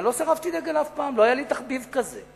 לא שרפתי דגל אף פעם, לא היה לי תחביב כזה.